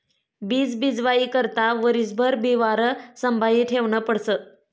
बीज बीजवाई करता वरीसभर बिवारं संभायी ठेवनं पडस